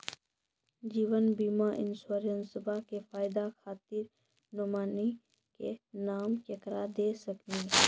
जीवन बीमा इंश्योरेंसबा के फायदा खातिर नोमिनी के नाम केकरा दे सकिनी?